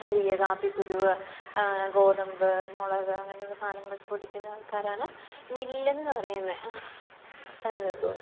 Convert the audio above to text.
അരി കാപ്പി കുരു ഗോതമ്പ് മുളക് അങ്ങനെയുള്ള സാധനങ്ങൾ പൊടിക്കുന്ന ആൾക്കാരാണ് മില്ലെന്നു പറയുന്നത്